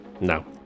No